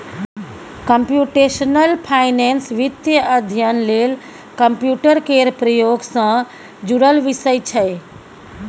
computational finance वित्तीय अध्ययन लेल कंप्यूटर केर प्रयोग सँ जुड़ल विषय छै